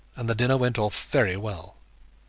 and the dinner went off very well.